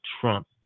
Trump